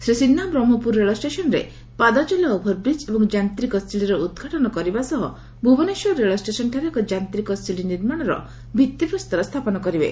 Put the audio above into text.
ଶ୍ରୀ ସିହ୍ବା ବ୍ରହ୍କପୁର ରେଳ ଷେସନ୍ରେ ପାଦଚଲା ଓଭର ବ୍ରିଜ୍ ଏବଂ ଯାଞ୍ଡିକ ଶିଡ଼ିର ଉଦ୍ଘାଟନ କରିବା ସହ ଭୁବନେଶ୍ୱର ରେଳ ଷ୍ଟେସନ୍ଠାରେ ଏକ ଯାଡିକ ଶିଡି ନିର୍ମାଣର ଭିଉିପ୍ରସ୍ଠର ସ୍ରାପନ କରିବେ